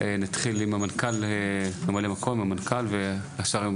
נתחיל עם ממלא מקום המנכ"ל ואחר כך